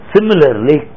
Similarly